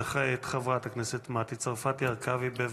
וכעת, חברת הכנסת מטי צרפתי הרכבי, בבקשה.